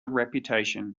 reputation